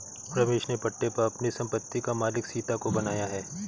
रमेश ने पट्टे पर अपनी संपत्ति का मालिक सीता को बनाया है